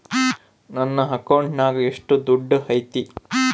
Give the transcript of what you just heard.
ನನ್ನ ಅಕೌಂಟಿನಾಗ ಎಷ್ಟು ದುಡ್ಡು ಐತಿ?